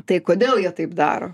tai kodėl jie taip daro